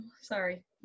sorry